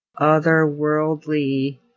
otherworldly